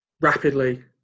rapidly